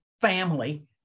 family